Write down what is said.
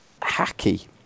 hacky